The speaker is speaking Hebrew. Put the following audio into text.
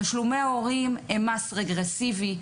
תשלומי ההורים הם מס רגרסיבי.